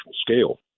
scale